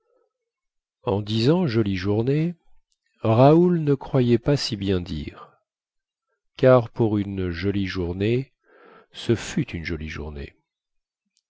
en disant jolie journée raoul ne croyait pas si bien dire car pour une jolie journée ce fut une jolie journée